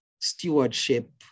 stewardship